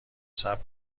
صبر